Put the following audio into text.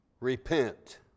Repent